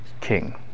king